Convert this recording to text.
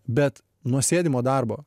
bet nuo sėdimo darbo